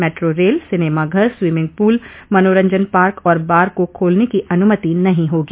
metro rail cinema घर swimming pool मनोरंजन park और बार को खोलने को अनुमति नहीं होगी